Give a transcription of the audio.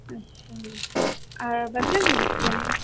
अच्छा और बग्गर भी रखते हैं